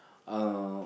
uh